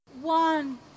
One